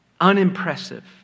unimpressive